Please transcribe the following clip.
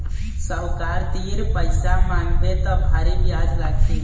साहूकार तीर पइसा मांगबे त भारी बियाज लागथे